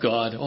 God